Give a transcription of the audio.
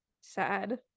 Sad